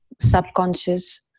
subconscious